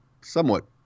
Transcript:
somewhat